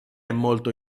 molto